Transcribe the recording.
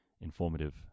informative